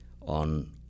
on